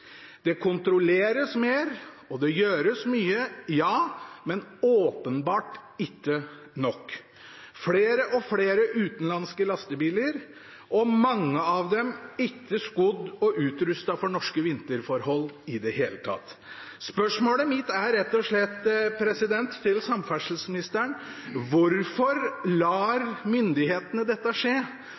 Det kontrolleres mer, og det gjøres mye, ja – men åpenbart ikke nok. Det er flere og flere utenlandske lastebiler – mange av dem ikke skodd og utrustet for norske vinterforhold i det hele tatt. Spørsmålet mitt til samferdselsministeren er rett og slett: Hvorfor lar myndighetene dette skje,